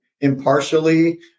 impartially